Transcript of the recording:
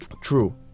True